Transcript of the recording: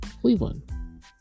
Cleveland